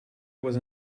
was